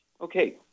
Okay